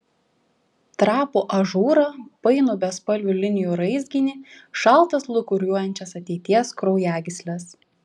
trapų ažūrą painų bespalvių linijų raizginį šaltas lūkuriuojančias ateities kraujagysles